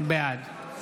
בעד